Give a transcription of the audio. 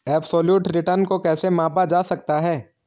Absolute return को कैसे मापा जा सकता है?